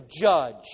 judge